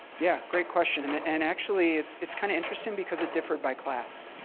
yeah great question. and actually, it's it's kind of interesting because it differed by class.